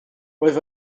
roedd